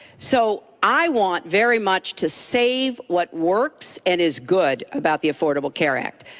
so i want very much to save what works and is good about the affordable care act.